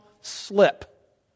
slip